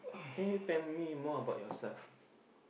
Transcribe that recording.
can you tell me more about yourself